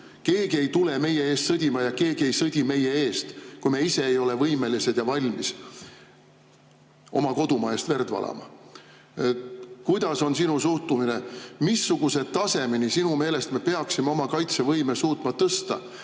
Keegi ei tule meie eest sõdima ja keegi ei sõdi meie eest, kui me ise ei ole võimelised ja valmis oma kodumaa eest verd valama. Kuidas on sinu suhtumine, missuguse tasemeni me sinu meelest peaksime oma kaitsevõimet suutma tõsta,